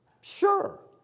Sure